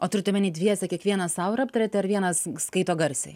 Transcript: o turit omeny dviese kiekvienas sau ir aptariate ar vienas skaito garsiai